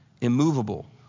immovable